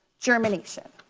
germination.